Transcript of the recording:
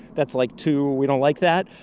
that's like too we don't like that.